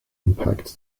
impacts